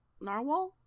Narwhal